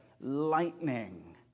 lightning